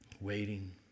waiting